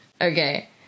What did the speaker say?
Okay